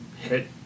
hit